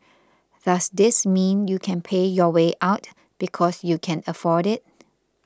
does this mean you can pay your way out because you can afford it